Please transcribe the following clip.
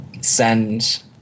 send